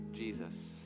Jesus